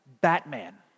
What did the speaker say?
Batman